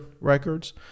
records